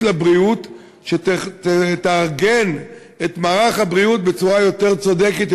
לבריאות שתארגן את מערך הבריאות בצורה יותר צודקת,